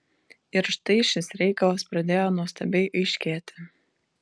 ir štai šis reikalas pradėjo nuostabiai aiškėti